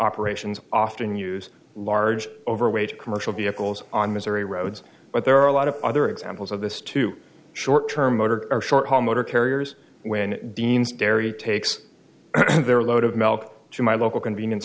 operations often use large overweight commercial vehicles on missouri roads but there are a lot of other examples of this too short term motor or short haul motor carriers when dean's dairy takes their load of milk to my local convenience